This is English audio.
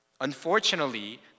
Unfortunately